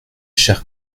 chers